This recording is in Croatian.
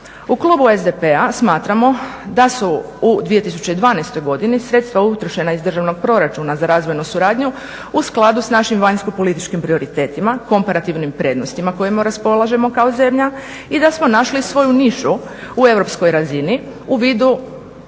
U klubu SDP-a smatramo da su u 2012. godini sredstva utrošena iz državnog proračuna za razvojnu suradnju u skladu sa našim vanjsko-političkim prioritetima, komparativnim prednostima kojima raspolažemo kao zemlja i da smo našli svoju nišu u europskoj razini u vidu